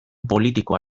politikoa